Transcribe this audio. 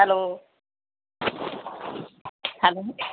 hello hello